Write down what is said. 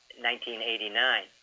1989